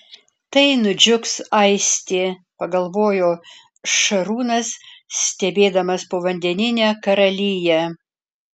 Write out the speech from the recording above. tai nudžiugs aistė pagalvojo šarūnas stebėdamas povandeninę karaliją